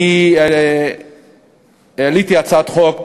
אני העליתי הצעת חוק